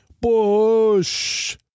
Bush